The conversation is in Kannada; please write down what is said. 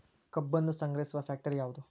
ಕಬ್ಬನ್ನು ಸಂಗ್ರಹಿಸುವ ಫ್ಯಾಕ್ಟರಿ ಯಾವದು?